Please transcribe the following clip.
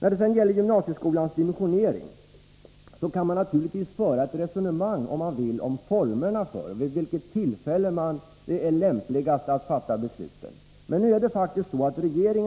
När det gäller gymnasieskolans dimensionering kan man naturligtvis föra ett resonemang om formerna för och vid vilket tillfälle det är lämpligast att fatta beslut. Men regeringen